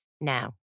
Now